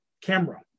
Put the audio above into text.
Camera